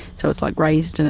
so it's like raised. and